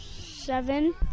Seven